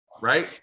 right